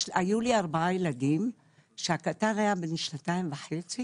היו לי ארבעה ילדים, כשהקטן היה בן שנתיים וחצי